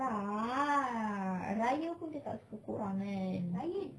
tak raya pun dia tak suka kau orang kan